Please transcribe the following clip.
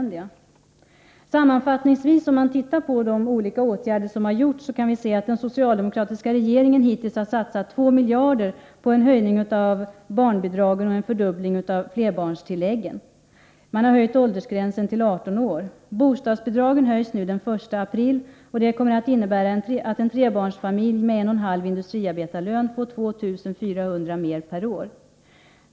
Det gäller också inför ålderdomen, och möjligheten att få en ordentlig pension. Sammanfattningsvis: Om vi nu ser på vad det är för åtgärder som vidtagits kan vi konstatera att den socialdemokratiska regeringen hittills satsat 2 miljarder kronor på en höjning av barnbidraget och en fördubbling av flerbarnstillägget. Man har höjt åldersgränsen till 18 år. Bostadsbidraget höjs från den 1 april i år, och det kommer att innebära att en trebarnsfamilj med en och en halv industriarbetarlön får 2 400 kr. mer per år.